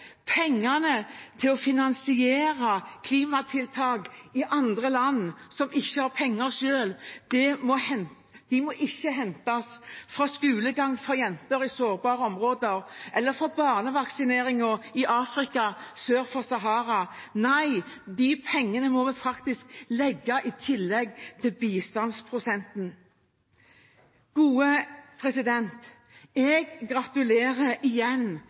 Pengene til å finansiere klimatiltak i land som ikke har penger selv, må ikke hentes fra skolegang for jenter i sårbare områder eller barnevaksineringen i Afrika sør for Sahara. Nei, de pengene må komme i tillegg til bistandsprosenten. Jeg gratulerer igjen